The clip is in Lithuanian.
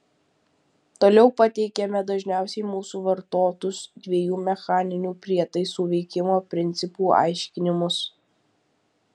toliau pateikiame dažniausiai mūsų vartotus dviejų mechaninių prietaisų veikimo principų aiškinimus